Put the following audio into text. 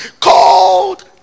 called